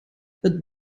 het